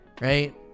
right